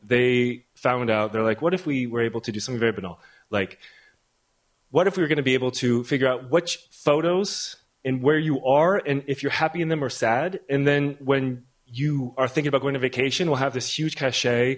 they found out they're like what if we were able to do some very banal like what if we were gonna be able to figure out what photos and where you are and if you're happy in them or sad and then when you are thinking about going on vacation we'll have this huge cachet